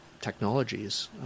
technologies